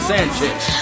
Sanchez